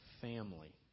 family